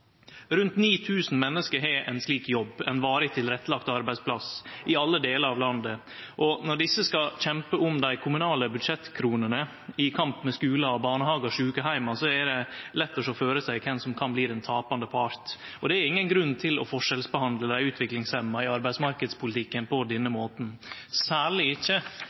Rundt 9 000 menneske har ein slik jobb, ein varig tilrettelagd arbeidsplass i alle delar av landet, og når desse skal kjempe om dei kommunale budsjettkronene i kamp med skular og barnehagar og sjukeheimar, er det lett å sjå føre seg kven som kan bli den tapande parten. Og det er ingen grunn til å forskjellsbehandle dei utviklingshemma i arbeidsmarknadspolitikken på denne måten, særleg ikkje